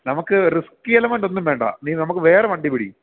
നമുക്ക് റിസ്കി എലമെൻറ്റൊന്നും വേണ്ട നീ നമുക്ക് വേറെ വണ്ടി പിടി